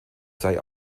sei